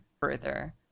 further